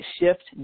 shift